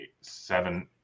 seven